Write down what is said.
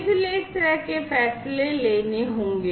इसलिए इस तरह के फैसले लेने होंगे